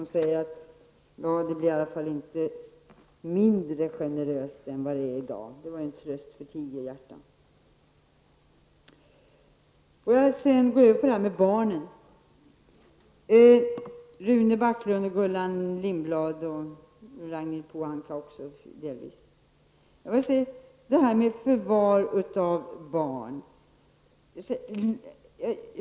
Hon sade att reglerna kan åtminstone inte bli mindre generösa än vad de är i dag, och det var ju en tröst för tigerhjärtan. Pohanka tog upp frågan om förvarstagande av barn.